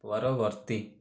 ପରବର୍ତ୍ତୀ